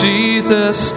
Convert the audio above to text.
Jesus